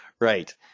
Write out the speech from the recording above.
Right